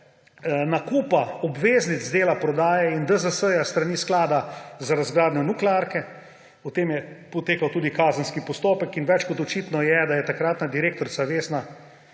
nakupa obveznic Dela prodaja in DZS-ja s strani sklada za razgradnjo nuklearke. O tem je potekal tudi kazenski postopek in več kot očitno je, da takratna direktorica